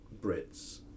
Brits